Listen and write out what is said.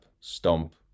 stomp